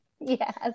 Yes